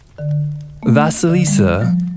Vasilisa